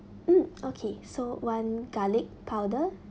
mm okay so one garlic powder